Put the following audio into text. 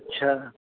अच्छा